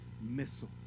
missile